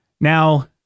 Now